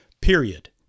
period